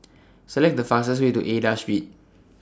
Select The fastest Way to Aida Street